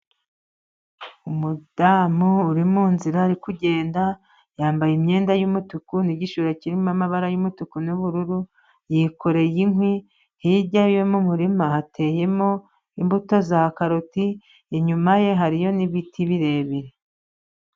Umudamu uri mu nzira ari kugenda. Yambaye imyenda y'umutuku n'igishura kirimo amabara y'umutuku n'ubururu ,yikoreye inkwi hirya yo mu murima hateyemo imbuto za karoti, inyuma ye hariyo n'ibiti birebire.